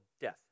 death